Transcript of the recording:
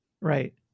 Right